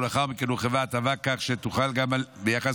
ולאחר מכן הורחבה ההטבה כך שתוחל גם ביחס